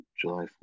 July